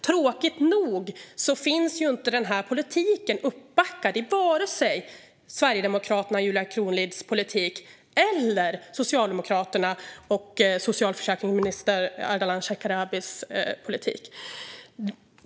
Tråkigt nog finns inte orden uppbackade i vare sig Sverigedemokraternas och Julia Kronlids politik eller i Socialdemokraternas och socialförsäkringsminister Ardalan Shekarabis politik.